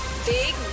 Big